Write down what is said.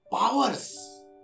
powers